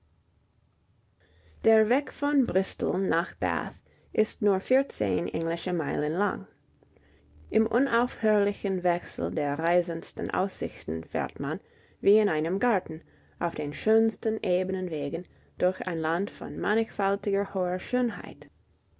der weg von bristol nach bath ist nur vierzehn englische meilen lang im unaufhörlichen wechsel der reizendsten aussichten fährt man wie in einem garten auf den schönsten ebenen wegen durch ein land von mannigfaltiger hoher schönheit